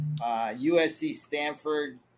USC-Stanford